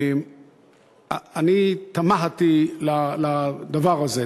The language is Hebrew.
אני תמהתי על הדבר הזה.